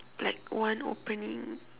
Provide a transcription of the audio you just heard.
like one opening